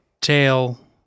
tail